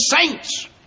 saints